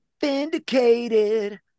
vindicated